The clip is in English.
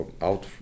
out